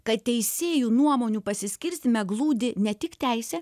kad teisėjų nuomonių pasiskirstyme glūdi ne tik teisė